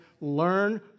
learn